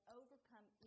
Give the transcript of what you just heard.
overcome